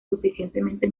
suficientemente